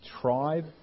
tribe